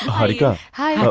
harika, hi!